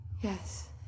Yes